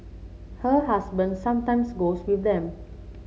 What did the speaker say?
her husband sometimes goes with them